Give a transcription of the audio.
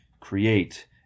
Create